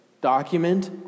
document